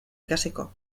ikasiko